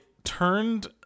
turned